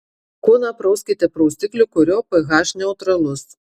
kūną prauskite prausikliu kurio ph neutralus